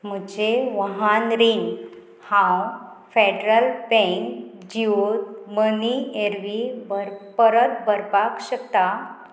म्हजें वाहन रीण हांव फॅडरल बँक जियो मनी एरवीं भर परत भरपाक शकता